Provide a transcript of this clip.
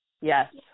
Yes